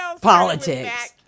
politics